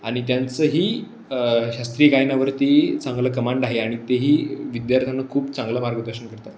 आणि त्यांचंही शास्त्रीय गायनावरती चांगलं कमांड आहे आणि ते ही विद्यार्थ्यांना खूप चांगलं मार्गदर्शन करतात